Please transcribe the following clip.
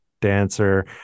dancer